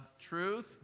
truth